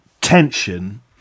tension